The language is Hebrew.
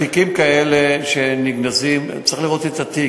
תיקים כאלה שנגנזים, צריך לראות את התיק.